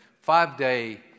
five-day